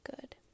good